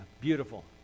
beautiful